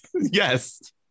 yes